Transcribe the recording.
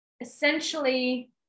essentially